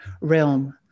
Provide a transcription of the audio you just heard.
realm